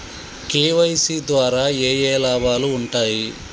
KYC ద్వారా ఏఏ లాభాలు ఉంటాయి?